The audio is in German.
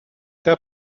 der